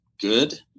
Good